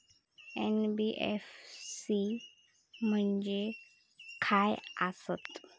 NBFC म्हणजे खाय आसत?